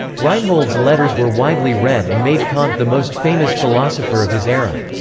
reinhold's letters were widely read and made kant the most famous philosopher of his era.